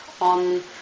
on